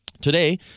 Today